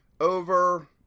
over